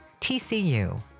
TCU